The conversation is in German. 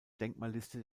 denkmalliste